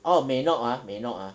oh may not ah may not ah